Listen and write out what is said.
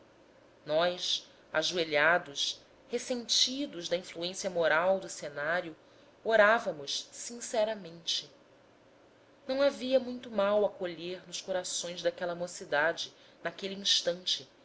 nós ajoelhados ressentidos da influência moral do cenário orávamos sinceramente não havia muito mal a colher nos corações daquela mocidade naquele instante